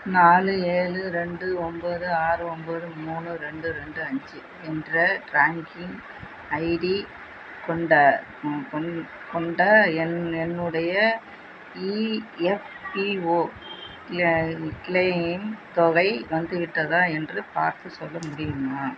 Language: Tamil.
நாலு ஏழு ரெண்டு ஒம்போது ஆறு ஒம்போது மூணு ரெண்டு ரெண்டு அஞ்சு என்ற ட்ராங்கிங் ஐடி கொண்ட கொண்ட என் என்னுடைய இஎஃப்பிஒ க்ளெயிம் தொகை வந்துவிட்டதா என்று பார்த்துச் சொல்ல முடியுமா